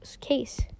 case